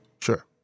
Sure